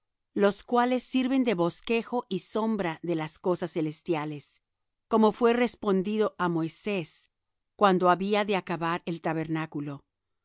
los cuales sirven de bosquejo y sombre de las cosas celestiales como fué respondido á moisés cuando había de acabar el tabernáculo